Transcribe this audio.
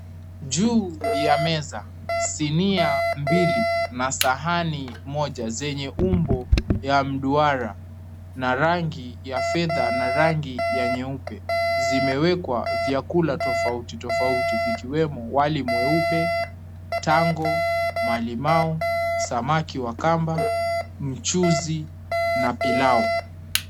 Juu ya meza sinia mbili na sahani moja zenye umbo ya mduara na rangi ya fedha na rangi ya nyeupe zimewekwa vyakula tofauti tofauti vikiwemo wali mweupe, tango, malimau, samaki wa kamba, mchuzi na pilau.